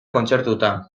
kontzertutan